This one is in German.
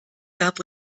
gab